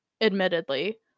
admittedly